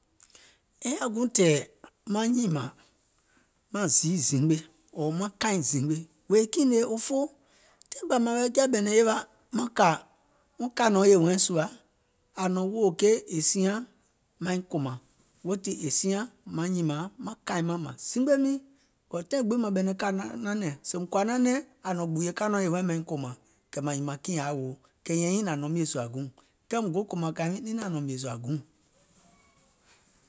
È yaȧ guùŋ tɛ̀ɛ̀ maŋ nyìmȧŋ maŋ kaìŋ zimgbe ɔ̀ɔ̀ maŋ ziì zimgbe, òfoo taìŋ bȧ mȧŋ wɛ̀i kiȧ ɓɛ̀nɛ̀ŋ yèwa maŋ kȧ wɔŋ kànɔ̀ɔŋ yè wɛɛ̀ sùà, ȧŋ nɔ̀ɔ̀ŋ wòò keì è siaŋ maiŋ kòmȧŋ, weètii è siaŋ maŋ nyìmȧŋ maŋ kȧìŋ maŋ mȧŋ zimgbe miŋ, ɔ̀ɔ̀ taìŋ gbiŋ mȧŋ ɓɛ̀nɛ̀ŋ kȧ nanɛ̀ŋ, sèèùm kɔ̀ȧ nanɛ̀ŋ, ȧŋ nɔ̀ŋ gbùùyè kȧìŋ nɔ̀ɔŋ yè hɔɛ̀ŋ maìŋ kòmȧŋ, kɛ̀ mȧŋ nyìmàŋ kiìŋ ȧŋ yaȧ woo, kɛ̀ nyɛ̀iŋ nyiŋ nȧŋ nɔ̀ŋ mìèsùȧ guùŋ, mùŋ kòmȧŋ kȧìŋ wiiŋ niŋ naȧŋ nɔ̀ŋ mìèsùȧ guùŋ.